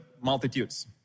multitudes